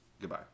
goodbye